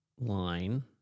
Line